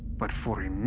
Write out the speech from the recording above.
but for